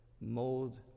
Mold